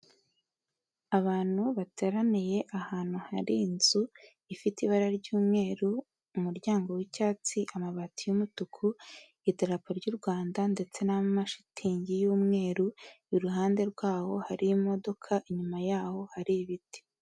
Abantu bateraniye ahantu hari inzu ifite ibara ry'umweru, umuryango w'icyatsi, amabati y'umutuku, idarapo ry'u Rwanda ndetse n'amashitingi y'umweru, iruhande rwaho hari imodaka, inyuma yaho hari ibiti.